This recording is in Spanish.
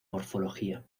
morfología